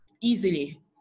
easily